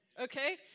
Okay